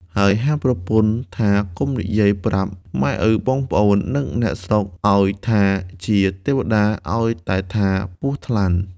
ហើយហាមប្រពន្ធថាកុំនិយាយប្រាប់ម៉ែឪបងប្អូន និងអ្នកស្រុកឱ្យថាជាទេវតា ឱ្យថាតែ ពស់ថ្លាន់។